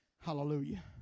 hallelujah